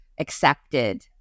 accepted